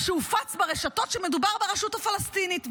שהופץ ברשתות שמדובר ברשות הפלסטינית.